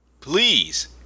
please